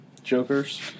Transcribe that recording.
Jokers